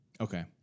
Okay